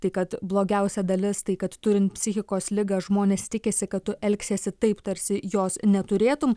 tai kad blogiausia dalis tai kad turint psichikos ligą žmonės tikisi kad tu elgsiesi taip tarsi jos neturėtum